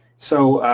so,